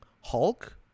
Hulk